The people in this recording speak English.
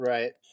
Right